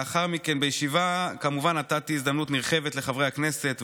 לאחר מכן בישיבה כמובן נתתי הזדמנות נרחבת לחברי הכנסת,